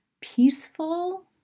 peaceful